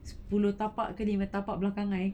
sepuluh tapak ke lima tapak belakang I